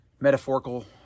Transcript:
metaphorical